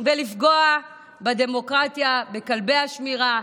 ולפגוע בדמוקרטיה, בכלבי השמירה.